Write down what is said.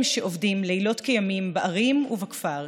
הם שעובדים לילות כימים בערים ובכפר,